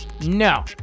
No